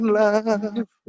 love